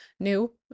New